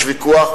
יש ויכוח,